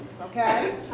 okay